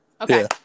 Okay